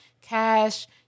Cash